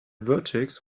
vertex